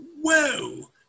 whoa